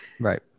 Right